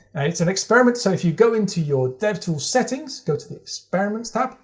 it's an experiment. so if you go into your devtools settings, go to the experiments tab,